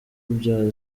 bya